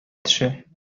төшә